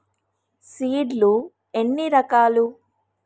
Seed లు ఎన్ని రకాలు?